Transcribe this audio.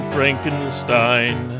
Frankenstein